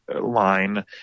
line